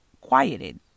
quieted